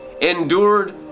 endured